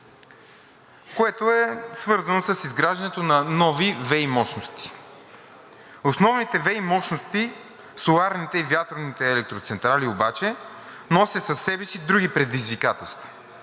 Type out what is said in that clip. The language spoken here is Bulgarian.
което е свързано с изграждането на нови ВЕИ мощности. Основните ВЕИ мощности – соларните и вятърните електроцентрали, обаче носят със себе си други предизвикателства.